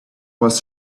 was